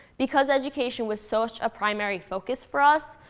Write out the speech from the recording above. because education was such a primary focus for us,